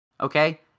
okay